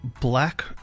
black